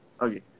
Okay